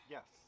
Yes